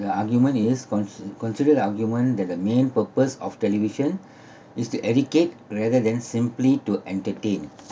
the argument is consi~ consider the argument that the main purpose of television is to educate rather than simply to entertain